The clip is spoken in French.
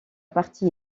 partie